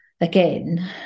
again